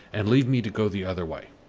and leave me to go the other way.